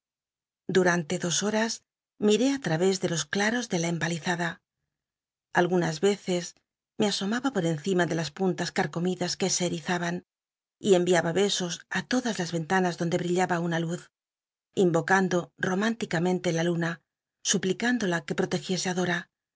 durante dos horas miré t l t'ayés de los claros de la empalizada algunas yeces me asomaba por encima de las pun tas carcomidas que se erizaban y enviaba besos á todas las ventanas donde brillaba una luz invocando rom ínlicamenle la luna suplic inclola que protegiese